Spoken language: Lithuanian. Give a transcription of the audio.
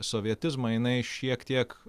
sovietizmą jinai šiek tiek